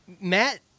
Matt